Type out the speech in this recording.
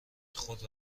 خود